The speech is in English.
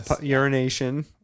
Urination